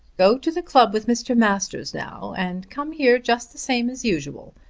go to the club with mr. masters now, and come here just the same as usual.